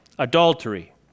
Adultery